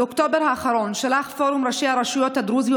באוקטובר האחרון שלח פורום ראשי הרשויות הדרוזיות